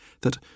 that